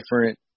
different